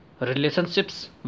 relationships